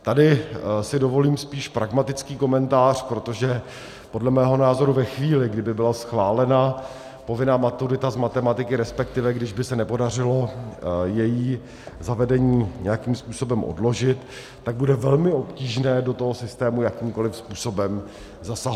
Tady si dovolím spíš pragmatický komentář, protože podle mého názoru ve chvíli, kdy by byla schválena povinná maturita z matematiky, respektive kdyby se nepodařilo její zavedení nějakým způsobem odložit, tak bude velmi obtížné do toho systému jakýmkoliv způsobem zasahovat.